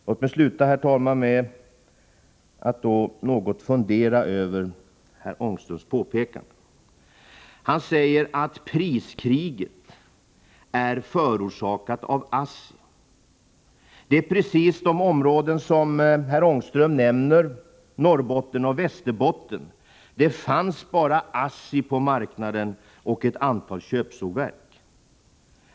Låt mig sedan, herr talman, något fundera över herr Ångströms påpekanden. Han säger att priskriget är förorsakat av ASSI. Det är precis som om det i de områden herr Ångström nämner — Norrbotten och Västerbotten — bara fanns ASSI och ett antal köpsågverk på marknaden.